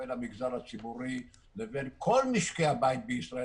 שבין המגזר הציבורי לבין כל משקי הבית בישראל,